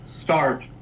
start